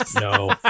No